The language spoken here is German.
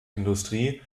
industrie